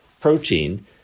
protein